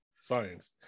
Science